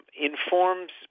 Informs